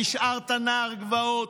נשארת נער גבעות.